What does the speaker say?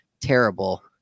terrible –